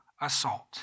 assault